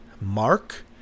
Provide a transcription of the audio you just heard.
Mark